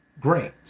Great